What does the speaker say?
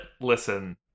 listen